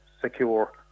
secure